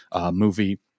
movie